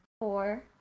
four